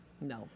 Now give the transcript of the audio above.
no